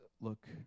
look